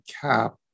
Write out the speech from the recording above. cap